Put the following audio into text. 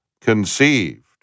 conceived